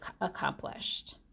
accomplished